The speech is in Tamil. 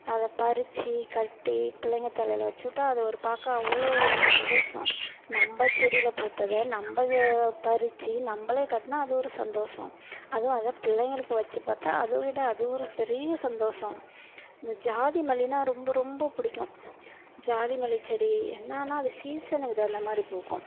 அதை பறிச்சு கட்டி பிள்ளைங்க தலையில் வச்சுவிட்டா அது ஒரு பார்க்க அவ்வளோ ஒரு சந்தோஷம் நம்ப செடியில் பூத்ததை நம்ப இதை பறிச்சு நம்பளே கட்டுனா அது ஒரு சந்தோசம் அதுவும் அதை பிள்ளைங்களுக்கு வச்சு பார்த்தா அது விட அது ஒரு பெரிய சந்தோசம் இந்த ஜாதி மல்லினா ரொம்ப ரொம்ப பிடிக்கும் ஜாதி மல்லிச்செடி என்னான்னா அது சீசனுக்கு தகுந்த மாதிரி பூக்கும்